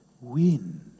win